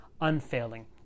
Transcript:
unfailing